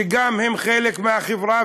שגם הם חלק מהחברה,